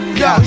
yo